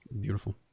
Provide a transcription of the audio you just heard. Beautiful